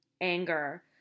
anger